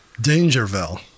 Dangerville